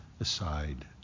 aside